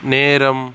நேரம்